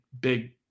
big